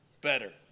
better